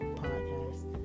podcast